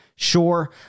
Sure